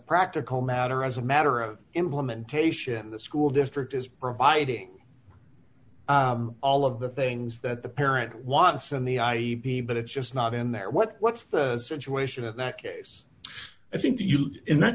practical matter as a matter of implementation the school district is providing all of the things that the parent wants in the i e be but it's just not in there what's the situation in that case i think that youth in that